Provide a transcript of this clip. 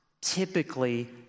typically